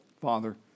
Father